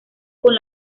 con